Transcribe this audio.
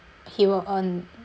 he will earn